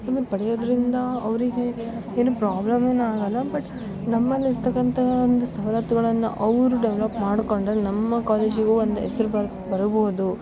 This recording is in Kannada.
ಇದನ್ನು ಪಡೆಯೋದ್ರಿಂದ ಅವರಿಗೇ ಏನು ಪ್ರಾಬ್ಲಮ್ ಏನು ಆಗೋಲ್ಲ ಬಟ್ ನಮ್ಮಲ್ಲಿ ಇರ್ತಕಂತಹ ಒಂದು ಸವಲತ್ತುಗಳನ್ನ ಅವ್ರು ಡೆವಲಪ್ ಮಾಡಿಕೊಂಡ್ರೆ ನಮ್ಮ ಕಾಲೇಜಿಗು ಒಂದು ಹೆಸ್ರು ಬರು ಬರಬಹುದು